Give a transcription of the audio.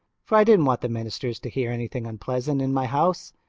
for i didn't want the ministers to hear anything unpleasant in my house.